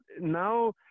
Now